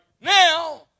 now